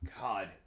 god